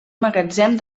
magatzem